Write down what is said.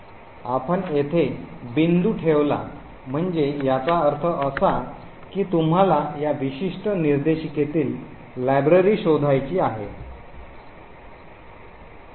आपण येथे बिंदू ठेवला म्हणजे याचा अर्थ असा की तुम्हाला या विशिष्ट निर्देशिकेतील लायब्ररी शोधायची आहे